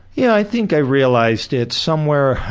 yeah, i think i realised it somewhere.